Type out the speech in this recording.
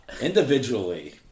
Individually